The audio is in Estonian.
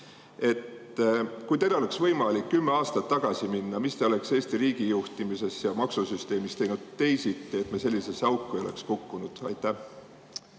Kui teil oleks võimalik kümme aastat tagasi minna, mida te oleks siis Eesti riigi juhtimises ja maksusüsteemis teinud teisiti, nii et me sellisesse auku ei oleks kukkunud? Aitäh,